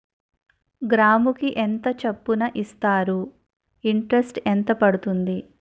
గ్రాముకి ఎంత చప్పున ఇస్తారు? ఇంటరెస్ట్ ఎంత పడుతుంది?